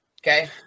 Okay